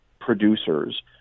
producers